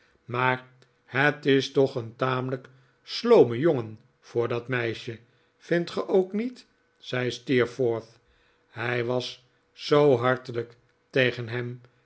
maar het is toch een tamelijk sloome jongen voor dat meisje vindt ge ook niet zei steerforth hij was zoo hartelijk tegen hem